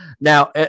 Now